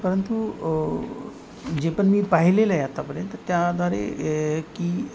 परंतु जे पण मी पाहिलेलं आहे आतापर्यंत त्या आधारे ए की